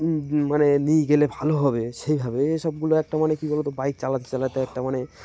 মানে নিয়ে গেলে ভালো হবে সেইভাবে এসবগুলো একটা মানে কী বলতো বাইক চালাতে চালাতে একটা মানে